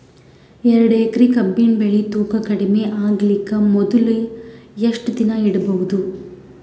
ಎರಡೇಕರಿ ಕಬ್ಬಿನ್ ಬೆಳಿ ತೂಕ ಕಡಿಮೆ ಆಗಲಿಕ ಮೊದಲು ಎಷ್ಟ ದಿನ ಇಡಬಹುದು?